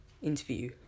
interview